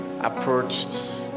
approached